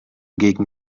gegen